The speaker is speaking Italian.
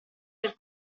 per